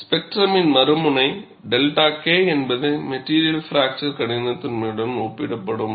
ஸ்பெக்ட்ரமின் மறுமுனையில் 𝛅 K என்பது மெட்டிரியல் பிராக்சர் கடினத்தன்மையுடன் ஒப்பிடப்படும்